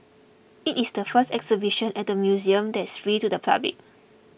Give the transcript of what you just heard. it is the first exhibition at the museum that's free to the public